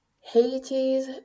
Haiti's